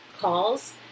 calls